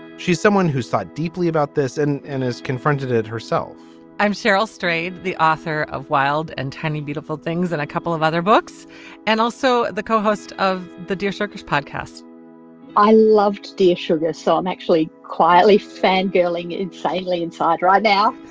she's someone who's thought deeply about this and and has confronted it herself i'm cheryl strayed the author of wild and tiny beautiful things and a couple of other books and also the co-host of the dear circus podcast i loved steve sugar so i'm actually quietly fan girling insanely inside right now